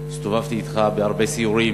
הסתובבתי אתך בהרבה סיורים